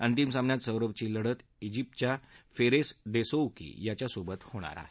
अंतिम सामन्यात सौरभची लढत इजिप्तच्या फेरेस देस्सोउकी याच्यासोबत सोबत होणार आहे